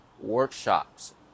workshops